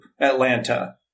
Atlanta